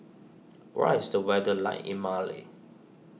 what is the weather like in Mali